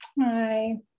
Hi